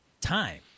time